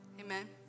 amen